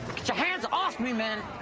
get your hands off me, man.